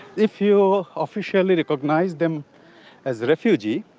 if you officially recognise them as refugees,